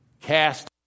Cast